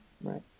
right